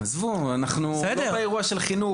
אנחנו לא באירוע של חינוך.